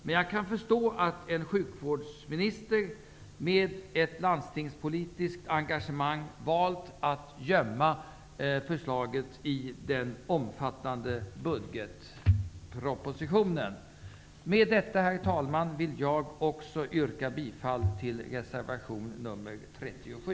Men jag kan förstå att en sjukvårdsminister, med ett landstingspolitiskt engagemang, har valt att gömma förslaget i den omfattande budgetpropositionen. Med detta, herr talman, vill jag också yrka bifall till reservation nr 37.